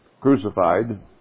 crucified